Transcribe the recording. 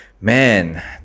man